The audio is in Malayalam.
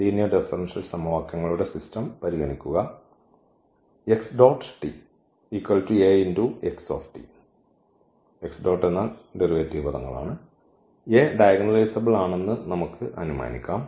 ലീനിയർ ഡിഫറൻഷ്യൽ സമവാക്യങ്ങളുടെ സിസ്റ്റം പരിഗണിക്കുക A ഡയഗണലൈസബ്ൾ ആണെന്ന് നമുക്ക് അനുമാനിക്കാം